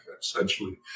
essentially